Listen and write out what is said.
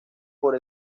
por